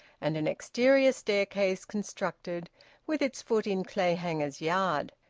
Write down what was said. and an exterior staircase constructed with its foot in clayhanger's yard.